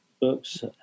books